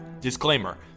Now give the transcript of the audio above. Disclaimer